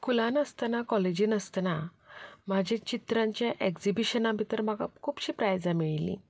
स्कुलांत आसतना कॉलेजींत आसतना म्हाजे चित्रांचें एक्झिबीशना भितर खुबशीं प्रायजां मेळिल्लीं